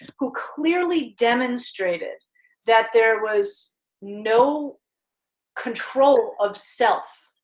who clearly demonstrated that there was no control of self.